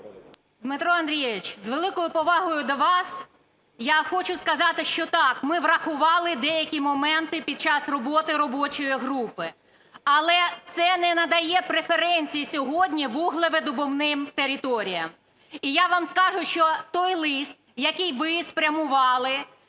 Дмитро Андрійович, з великою повагою до вас, я хочу сказати, що, так, ми врахували деякі моменти під час роботи робочої групи. Але це не надає преференцій сьогодні вуглевидобувним територіям. І я вам скажу, що той лист, який ви спрямували,